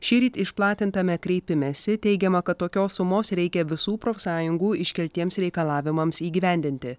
šįryt išplatintame kreipimesi teigiama kad tokios sumos reikia visų profsąjungų iškeltiems reikalavimams įgyvendinti